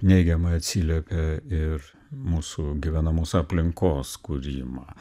neigiamai atsiliepia ir mūsų gyvenamos aplinkos kūrimą